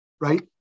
right